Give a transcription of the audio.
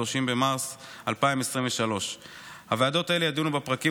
30 במרץ 2023. הוועדות האלה ידונו בפרקים